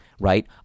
right